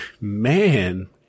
man